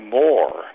more